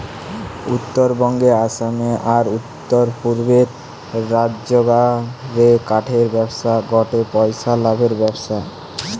উত্তরবঙ্গে, আসামে, আর উততরপূর্বের রাজ্যগা রে কাঠের ব্যবসা গটে পইসা লাভের ব্যবসা